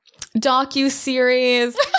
Docu-series